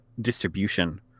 distribution